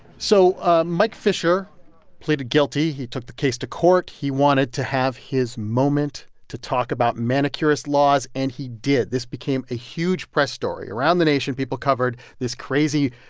so ah mike fisher pleaded guilty. he took the case to court. he wanted to have his moment to talk about manicurists laws, and he did. this became a huge press story. around the nation, people covered this crazy,